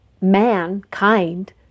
mankind